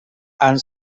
and